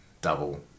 Double